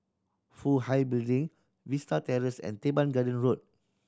Fook Hai Building Vista Terrace and Teban Garden Road